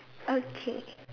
okay